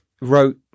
wrote